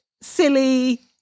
silly